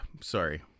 Sorry